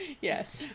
Yes